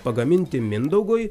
pagaminti mindaugui